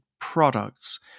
products